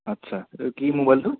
আচ্ছা সেইটো কি মোবাইলটো